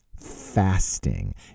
fasting